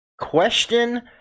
question